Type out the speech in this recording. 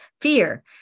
fear